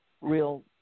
real